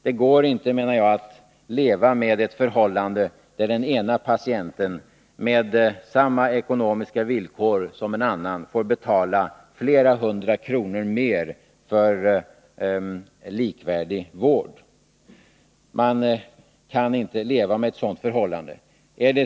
Det går inte, menar jag, att leva med ett förhållande där den ena patienten, med samma ekonomiska villkor som en annan, får betala flera hundra kronor mer för likvärdig vård. Man kan inte levä med ett sådant förhållande.